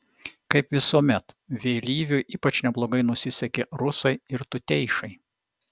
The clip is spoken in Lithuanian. kaip visuomet vėlyviui ypač neblogai nusisekė rusai ir tuteišai